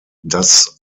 das